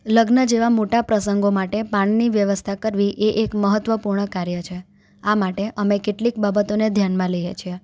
લગ્ન જેવા મોટા પ્રસંગો માટે પાણીની વ્યવસ્થા કરવી એ એક મહત્ત્વપૂર્ણ કાર્ય છે આ માટે અમે કેટલીક બાબતોને ધ્યાનમાં લઈએ છીએ